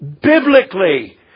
biblically